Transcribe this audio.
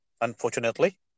unfortunately